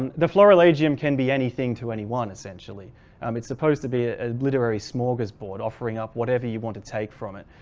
um the florilegiuml can be anything to anyone. essentially um it's supposed to be a literary smorgasbord offering up whatever you want to take from it.